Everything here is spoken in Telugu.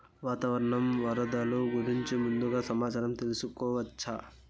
వాతావరణం వరదలు గురించి ముందుగా సమాచారం తెలుసుకోవచ్చా?